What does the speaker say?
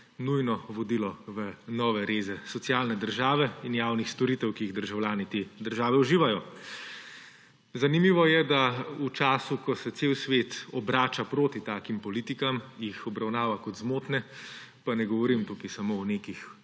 nujno vodilo v nove reze socialne države in javnih storitev, ki jih državljani te države uživajo. Zanimivo je, da v času, ko se cel svet obrača proti takim politikam, jih obravnava kot zmotne – pa ne govorim tukaj samo o nekih